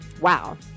Wow